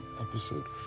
episode